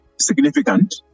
significant